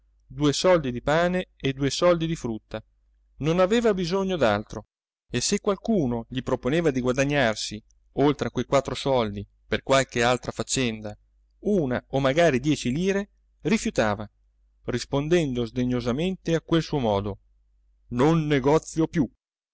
due soldi di pane e due soldi di frutta non aveva bisogno d'altro e se qualcuno gli proponeva di guadagnarsi oltre a quei quattro soldi per qualche altra faccenda una o magari dieci lire rifiutava rispondendo sdegnosamente a quel suo modo non negozio più